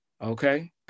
okay